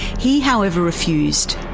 he however refused,